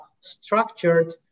structured